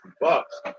bucks